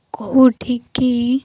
କେଉଁଠିକି